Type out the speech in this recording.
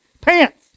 pants